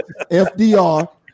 FDR